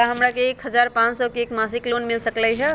का हमरा के एक हजार पाँच सौ के मासिक लोन मिल सकलई ह?